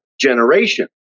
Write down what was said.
generation